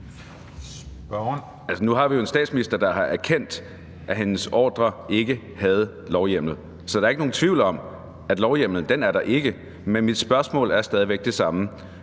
Nu har vi jo en statsminister, der har erkendt, at hendes ordre ikke havde lovhjemmel. Så der er ikke nogen tvivl om, at lovhjemmelen ikke var der. Men mit spørgsmål er stadig væk det samme: